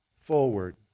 forward